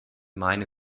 meine